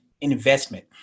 investment